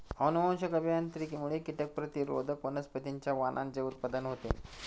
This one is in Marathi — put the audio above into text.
अनुवांशिक अभियांत्रिकीमुळे कीटक प्रतिरोधक वनस्पतींच्या वाणांचे उत्पादन होते